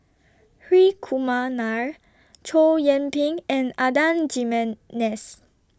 Hri Kumar Nair Chow Yian Ping and Adan Jimenez